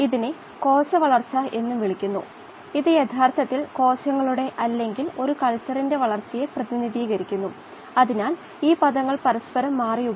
അവസാന ക്ളാസിൽ നമ്മൾ മോഡ്യൂൾ 4 ആരംഭിച്ചു അത് ബയോറിയാക്ടർ പ്രകടനത്തെ ബാധിക്കുന്ന കൾടിവേഷൻ പരാമീറ്ററുകളെ കുറിച്ചായിരുന്നു